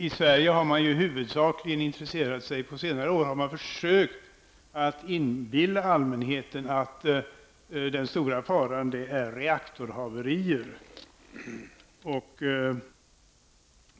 I Sverige har man på senare år försökt inbilla allmänheten att den stora faran är reaktorhaverier.